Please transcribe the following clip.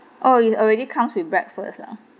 oh it already comes with breakfast ah